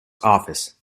office